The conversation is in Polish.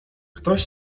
ktoś